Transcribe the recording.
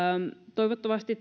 toivottavasti